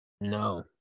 No